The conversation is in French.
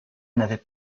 n’avait